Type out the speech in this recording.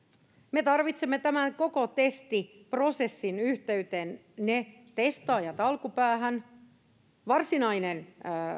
me tarvitsemme tämän koko testiprosessin yhteyteen ne testaajat alkupäähän varsinaisen